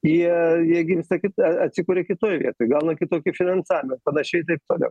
jie jie gimsta kita atsikuria kitoj vietoj gauna kitokį finansavimą panašiai ir taip toliau